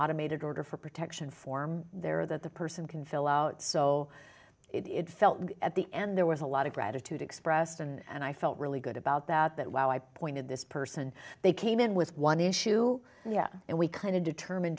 automated or for protection form there that the person can fill out so it felt at the end there was a lot of gratitude expressed and i felt really good about that that while i pointed this person they came in with one issue yeah and we kind of determine